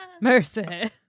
Mercy